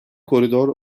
koridor